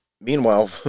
meanwhile